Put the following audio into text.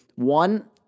One